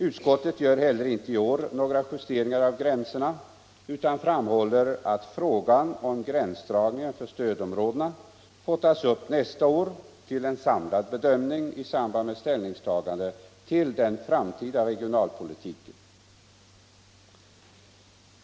Utskottet gör inte heller i år några justeringar av gränserna utan framhåller att frågan om gränsdragningen för stödområdena får tas upp nästa år till en samlad bedömning i samband med ställningstagande till den framtida regionalpolitiken.